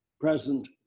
present